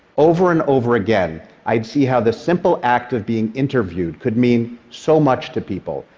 over and over again, i'd see how this simple act of being interviewed could mean so much to people,